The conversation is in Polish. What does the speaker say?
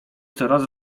coraz